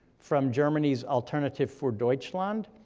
from germany's alternative fur deutschland,